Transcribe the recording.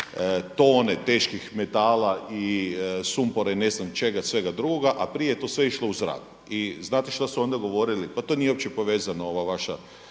tone teških metala i sumpora i ne znam čega svega drugoga, a prije je to sve išlo u zrak. I znate šta su oni onda govorili? Pa to nije uopće povezano ova vaša